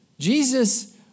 Jesus